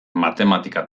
matematika